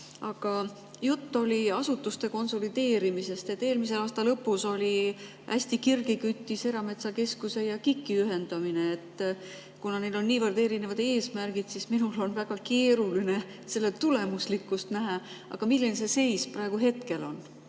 Aga jutt oli asutuste konsolideerimisest. Eelmise aasta lõpus küttis hästi kirgi Erametsakeskuse ja KIK-i ühendamine. Kuna neil on niivõrd erinevad eesmärgid, siis minul on väga keeruline selle tulemuslikkust näha. Milline see seis praegu, hetkel on?